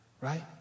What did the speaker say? right